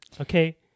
Okay